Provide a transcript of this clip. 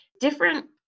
different